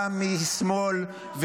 גם משמאל,